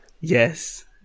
Yes